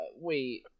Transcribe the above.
wait